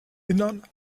innern